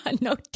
No